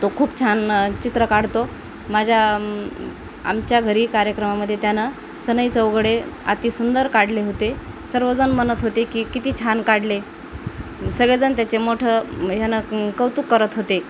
तो खूप छान चित्र काढतो माझ्या आमच्या घरी कार्यक्रमामदे त्यानं सनई चौघडे अति सुंदर काढले होते सर्वजण म्हणत होते की किती छान काढले सगळेजण त्याचे मोठं ह्यानं कौतुक करत होते